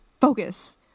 focus